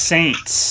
Saints